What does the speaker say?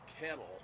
kettle